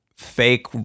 fake